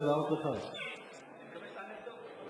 על מה מבזבזים, הוא אמר שאתה מפריע לו.